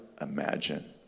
imagine